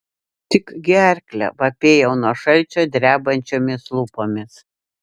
tik gerklę vapėjau nuo šalčio drebančiomis lūpomis